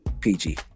PG